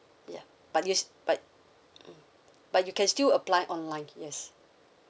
ya but you s~ but mm but you can still apply online yes